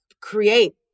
create